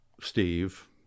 Steve